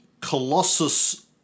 Colossus